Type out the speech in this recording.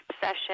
session